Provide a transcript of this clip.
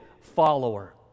follower